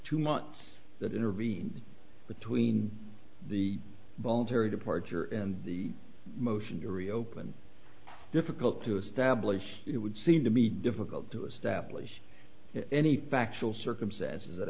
two months that intervened between the voluntary departure and the motion to reopen difficult to establish it would seem to be difficult to establish any factual circumstances that